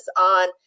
on